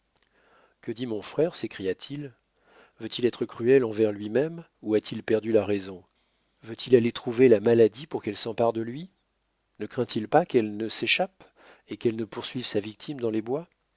que dit mon frère s'écria-t-il veut-il être cruel envers lui-même ou a-t-il perdu la raison veut-il aller trouver la maladie pour qu'elle s'empare de lui ne craint il pas qu'elle ne s'échappe et qu'elle ne poursuive sa victime dans les bois